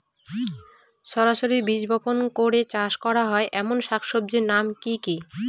সরাসরি বীজ বপন করে চাষ করা হয় এমন শাকসবজির নাম কি কী?